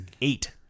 eight